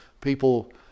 people